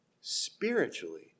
spiritually